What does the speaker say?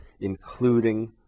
including